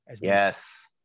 Yes